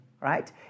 right